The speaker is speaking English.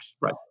Right